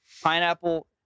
Pineapple